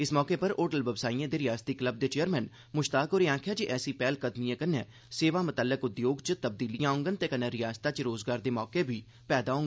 इस मौके पर होटल बवसासिए दे रिआसती क्लब दे चेयरमैन मुश्ताक होरें आखेआ जे ऐसी पैह्लकदमिएं कन्नै सेवा मतल्लक उद्योग च तब्दीलीआं औडन ते कन्नै रिआसता च रोजगार दे मौके बी पैदा होडन